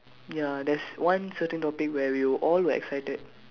ya there's one certain topic where we were all excited